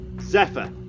Zephyr